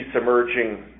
emerging